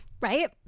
right